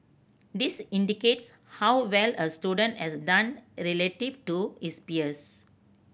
this indicates how well a student as done relative to his peers